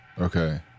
Okay